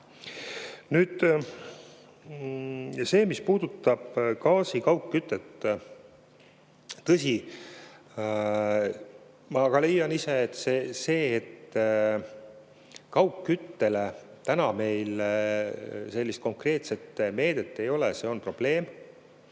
Nüüd see, mis puudutab gaasikaugkütet. Tõsi, ka ma ise leian, et see, et kaugkütte puhul meil sellist konkreetset meedet ei ole, on probleem.